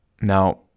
Now